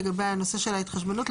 לגבי הנושא של ההתחשבנות?